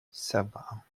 سبعة